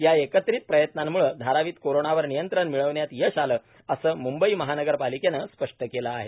या एकत्रित प्रयत्नांमुळे धारावीत कोरोनावर नियंत्रण मिळवण्यात यश आलं असं म्ंबई महानगरपालिकेनं स्पष्ट केलं आहे